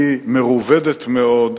היא מרובדת מאוד,